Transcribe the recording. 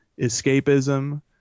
escapism